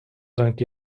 sankt